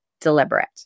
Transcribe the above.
deliberate